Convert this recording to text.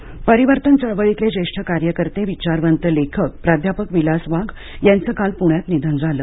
वाघ परिवर्तन चळवळीतले ज्येष्ठ कार्यकर्ते विचारवंत लेखक प्राध्यापक विलास वाघ यांचं काल पुण्यात निधन झालं